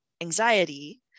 anxiety